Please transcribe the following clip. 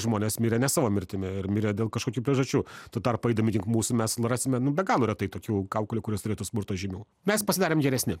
žmonės mirė ne savo mirtimi ir mirė dėl kažkokių priežasčių tuo tarpu eidami link mūsų mes rasime nu be galo retai tokių kaukolių kurios turėtų smurto žymių mes pasidarėm geresni